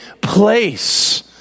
place